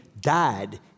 died